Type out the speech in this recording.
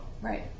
right